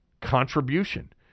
contribution